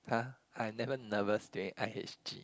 [huh] I never nervous during i_h_g